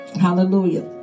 Hallelujah